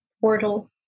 portal